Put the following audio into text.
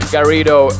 Garrido